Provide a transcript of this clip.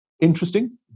interesting